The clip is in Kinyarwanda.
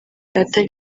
atari